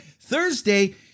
thursday